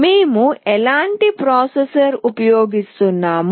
మేము ఎలాంటి ప్రాసెసర్ ఉపయోగిస్తున్నాము